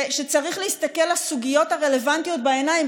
שצריך להסתכל לסוגיות הרלוונטיות בעיניים,